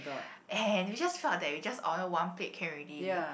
and we just felt that we just order one plate can already